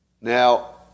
Now